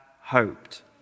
hoped